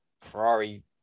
Ferrari